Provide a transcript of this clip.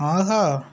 ஆஹா